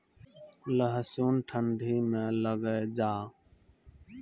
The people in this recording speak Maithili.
लहसुन ठंडी मे लगे जा?